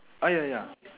ah ya ya